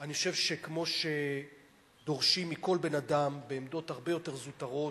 אני חושב שכמו שדורשים מכל בן-אדם בעמדות הרבה יותר זוטרות,